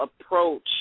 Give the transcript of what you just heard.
approach